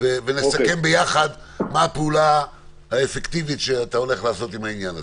ונסכם ביחד מה הפעולה האפקטיבית שאתה הולך לעשות בעניין הזה.